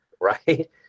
right